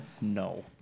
No